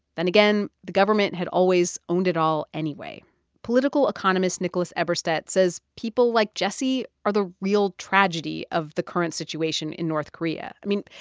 then again, the government had always owned it all anyway political economist nicholas eberstadt says people like jessie are the real tragedy of the current situation in north korea. i mean,